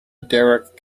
derek